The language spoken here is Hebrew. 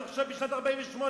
אנחנו עכשיו בשנת 48',